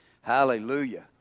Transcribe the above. Hallelujah